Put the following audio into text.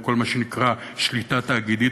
וכל מה שנקרא שליטה תאגידית,